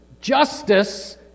justice